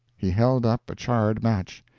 he held up a charred match.